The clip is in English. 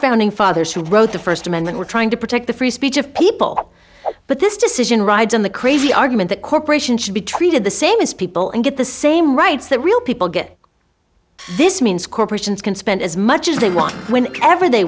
founding fathers who wrote the first amendment were trying to protect the free speech of people but this decision rides on the crazy argument that corporations should be treated the same as people and get the same rights that real people get this means corporations can spend as much as they want when ever they